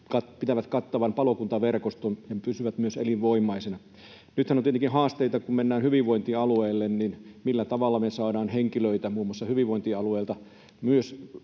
pitävät kattavan palokuntaverkoston ja pysyvät myös elinvoimaisina. Nythän kun mennään hyvinvointialueille, on tietenkin haasteita siinä, millä tavalla me saadaan henkilöitä muun muassa hyvinvointialueilta